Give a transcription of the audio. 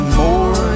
more